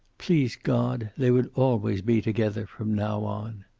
please god, they would always be together from now on.